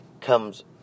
comes